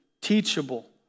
teachable